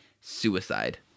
suicide